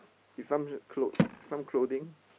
is some clothes some clothing